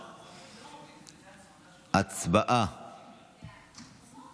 אבל הקראתי והוא לא נוכח, תבדקו אצלכם בתוכנה,